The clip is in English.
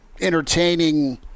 entertaining